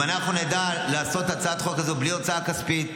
אם נדע לעשות הצעת חוק כזאת בלי הוצאה כספית,